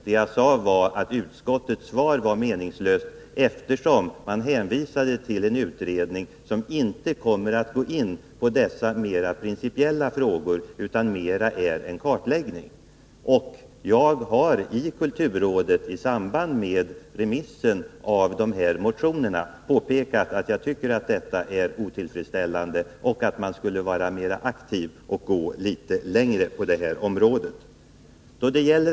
Det jag sade var att utskottets svar var meningslöst, eftersom man hänvisade till en utredning som inte kommer att gå in på dessa mera principiella frågor utan mera är en kartläggning. Och jag har i kulturrådet i samband med remissen av de här motionerna påpekat att jag tycker att detta är otillfredsställande och att man borde vara mera aktiv och gå litet längre på det här området.